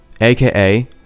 aka